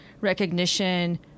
recognition